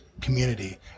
community